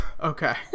Okay